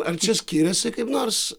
ar čia skiriasi kaip nors